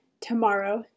tomorrow